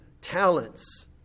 talents